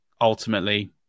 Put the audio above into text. Ultimately